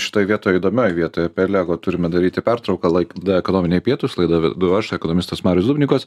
šitoj vietoj įdomioj vietoj apie lego turime daryti pertrauką laidą ekonominiai pietūs laidą ve aš ekonomistas marius zubnikas